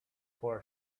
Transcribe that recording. for